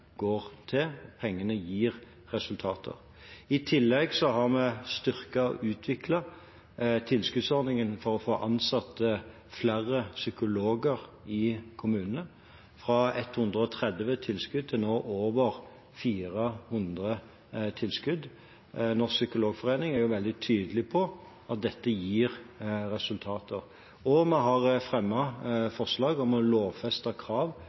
til. Pengene gir resultater. I tillegg har vi styrket og utviklet tilskuddsordningen for å få ansatt flere psykologer i kommunene, fra 130 tilskudd til over 400 tilskudd nå. Norsk Psykologforening er veldig tydelig på at dette gir resultater. Og vi har fremmet forslag om å lovfeste krav